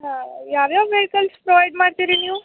ಹಾಂ ಯಾವ ಯಾವ ವೆಹಿಕಲ್ಸ್ ಪ್ರೊವೈಡ್ ಮಾಡ್ತೀರಿ ನೀವು